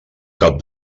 cap